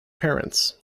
parents